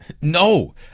No